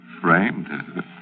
framed